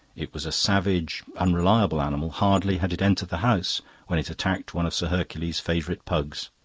it was a savage, unreliable animal hardly had it entered the house when it attacked one of sir hercules's favourite pugs,